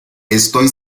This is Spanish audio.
estoy